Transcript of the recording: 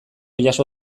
jaso